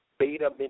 Beta